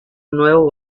nuevo